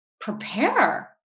prepare